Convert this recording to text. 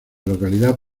localidad